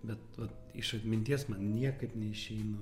bet vat iš atminties man niekaip neišeina